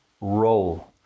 roll